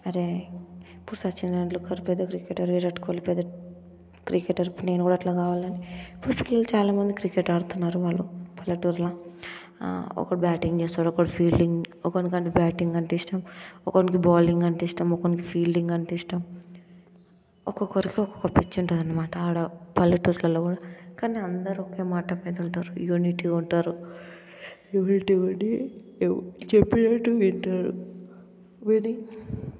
అరే ఇప్పుడు సచిన్ టెండుల్కర్ పెద్ద క్రికెటర్ విరాట్ కోహ్లీ పెద్ద క్రికెటర్ నేను కూడా అట్లా కావాలని ఇప్పుడిప్పుడే చాలామంది క్రికెట్ ఆడుతున్నారు వాళ్ళు పల్లెటూరుల ఒకరు బ్యాటింగ్ చేశారు ఒకరు ఫీల్డింగ్ ఒకరికి బ్యాటింగ్ అంటే ఇష్టం ఒకనికి బౌలింగ్ అంటే ఇష్టం ఒకనికి ఫీల్డింగ్ అంటే ఇష్టం ఒక్కొక్కరికి ఒక పిచ్చి ఉంటుందన్నమాట ఆడ పల్లెటూరులో కూడా కానీ అందరూ ఒకే మాట మీద ఉంటారు యూనిటీగా ఉంటారు యూనిటీగా ఉండి చెప్పినట్టు వింటారు విని